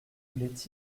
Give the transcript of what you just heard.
roulait